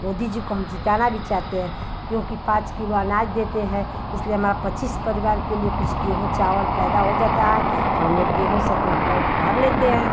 मोदी जी को हम जिताना भी चाहते हैं क्योंकि पाँच किलो अनाज़ देते हैं इसलिए हमारा पच्चीस परिवार के लिए कुछ गेहूँ चावल पैदा हो जाता है तो हम लोग गेहूँ से अपना पेट भर लेते हैं